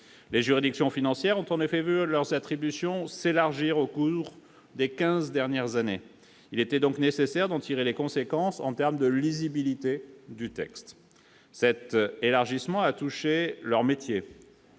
Les juridictions financières ont, il est vrai, vu leurs attributions s'élargir au cours des quinze dernières années. Il était donc nécessaire d'en tirer les conséquences en termes de lisibilité du texte. Cet élargissement a touché leurs métiers